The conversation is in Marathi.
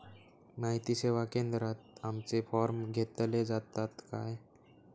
माहिती सेवा केंद्रात आमचे फॉर्म घेतले जातात काय?